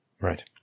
right